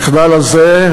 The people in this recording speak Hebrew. המחדל הזה,